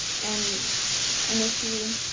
and i miss you.